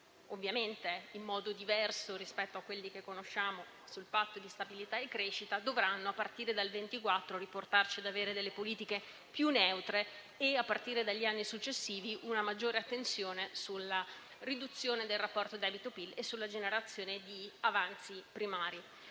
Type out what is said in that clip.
ovviamente in modo diverso rispetto a quelli che conosciamo sul Patto di stabilità e crescita, dovranno riportarci politiche più neutre a partire dal 2024 e, dagli anni successivi, a una maggiore attenzione sulla riduzione del rapporto debito PIL e sulla generazione di avanzi primari.